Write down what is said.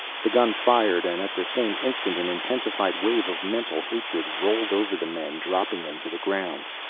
the gun fired and at the same instant an intensified wave of mental hatred rolled over the men, dropping them to the ground.